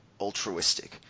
altruistic